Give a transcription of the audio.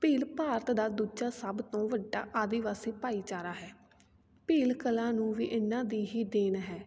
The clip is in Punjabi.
ਭੀਲ ਭਾਰਤ ਦਾ ਦੂਜਾ ਸਭ ਤੋਂ ਵੱਡਾ ਆਦਿਵਾਸੀ ਭਾਈਚਾਰਾ ਹੈ ਭੀਲ ਕਲਾ ਨੂੰ ਵੀ ਇਹਨਾਂ ਦੀ ਹੀ ਦੇਣ ਹੈ